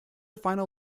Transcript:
final